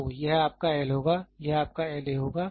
तो यह आपका L होगा यह आपका L A होगा